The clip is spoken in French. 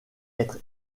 être